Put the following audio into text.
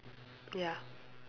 ya